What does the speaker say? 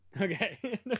okay